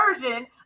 version